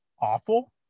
awful